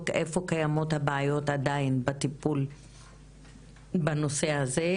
איפה קיימות הבעיות עדיין בטיפול בנושא הזה,